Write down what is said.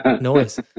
noise